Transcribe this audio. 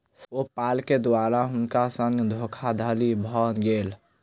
पे पाल के द्वारा हुनका संग धोखादड़ी भ गेल